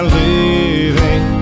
living